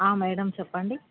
madam చెప్పండి